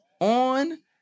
On